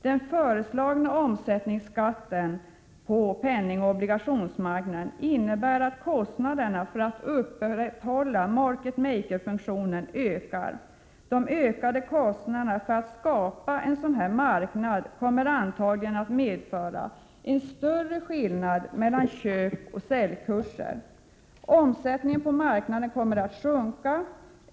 Den föreslagna omsättningsskatten på penningoch obligationsmarknaden innebär att kostnaderna för att upprätthålla market maker-funktionen ökar. De ökade kostnaderna för att skapa en sådan här marknad kommer antagligen att medföra en större skillnad mellan köpoch säljkurser. Omsättningen på marknaden kommer att sjunka.